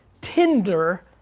Tinder